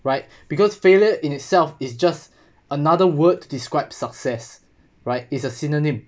right because failure in itself is just another word describes success right is a synonym